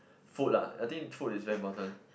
food lah I think food is very important